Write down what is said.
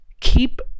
keep